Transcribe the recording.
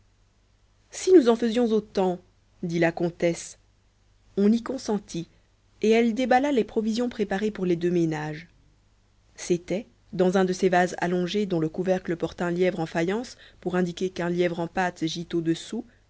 si nous en faisions autant dit la comtesse on y consentit et elle déballa les provisions préparées pour les deux ménages c'était dans un de ces vases allongés dont le couvercle porte un lièvre en faïence pour indiquer qu'un lièvre en pâté gît au-dessous